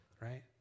right